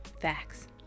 Facts